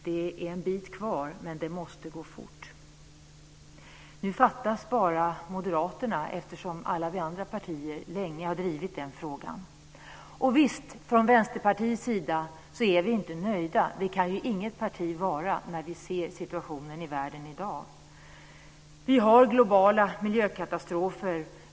Det är en bit kvar, men det måste gå fort. Nu fattas bara Moderaterna, eftersom alla vi andra partier länge har drivit denna fråga. Från Vänsterpartiets sida är vi inte nöjda. Det kan ju inget parti vara när vi ser situationen i världen i dag. Vi har globala miljökatastrofer.